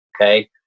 Okay